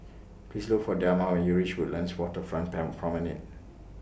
Please Look For Delmar when YOU REACH Woodlands Waterfront Promenade